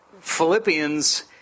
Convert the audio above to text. Philippians